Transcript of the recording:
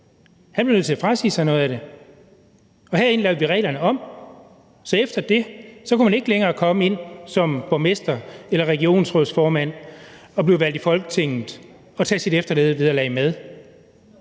Han blev nødt til at frasige sig noget af det. Herinde lavede vi reglerne om, så man efter det ikke længere kunne komme ind som borgmester eller regionsrådsformand og blive valgt i Folketinget og tage sit eftervederlag med.